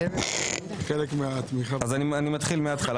אני מתחיל מהתחלה.